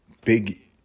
big